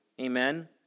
Amen